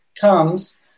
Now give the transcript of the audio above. comes